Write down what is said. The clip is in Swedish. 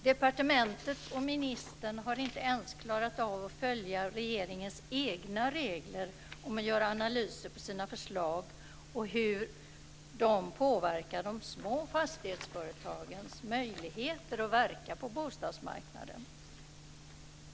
Departementet och ministern har inte ens klarat av att följa regeringens egna regler om att göra analyser av sina förslag och hur de påverkar de små fastighetsföretagens möjligheter att verka på bostadsmarknaden.